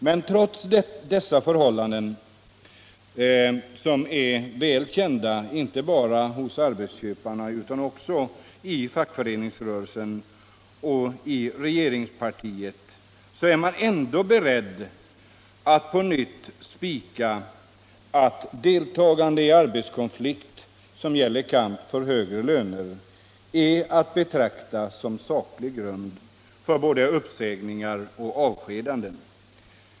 Men trots att dessa förhållanden är väl kända inte bara hos arbetsköparna utan också i fackföreningsrörelsen och i regeringspartiet är man beredd att på nytt spika att deltagande i arbetskonflikt som gäller kamp för högre löner är att betrakta som saklig grund för både uppsägningar och avskedanden.